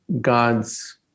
God's